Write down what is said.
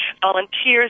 volunteers